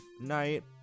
night